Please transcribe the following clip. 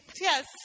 Yes